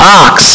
ox